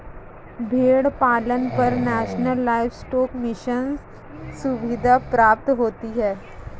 भेड़ पालन पर नेशनल लाइवस्टोक मिशन सुविधा प्राप्त होती है